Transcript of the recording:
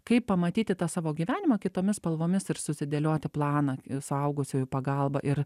kaip pamatyti tą savo gyvenimą kitomis spalvomis ir susidėlioti planą suaugusiųjų pagalba ir